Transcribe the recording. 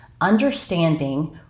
understanding